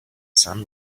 sun